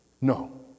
No